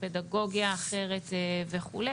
הפדגוגיה האחרת וכו'.